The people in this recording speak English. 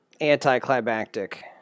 anticlimactic